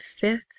fifth